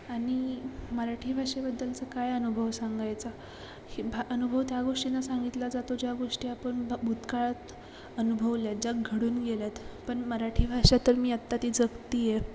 आणि मराठी भाषेबद्दलचा काय अनुभव सांगायचा भा अनुभव त्या गोष्टींना सांगितला जातो ज्या गोष्टी आपण भूतकाळात अनुभवल्यात ज्या घडून गेल्यात पण मराठी भाषा तर मी आत्ता ती जगते आहे